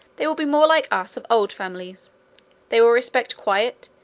they will be more like us of old families they will respect quiet,